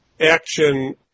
action